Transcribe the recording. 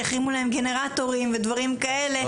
שהחרימו להם גנרטורים ודברים כאלה.